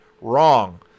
Wrong